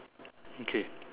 okay